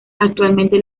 actualmente